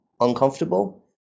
uncomfortable